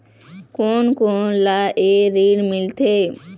कोन कोन ला ये ऋण मिलथे?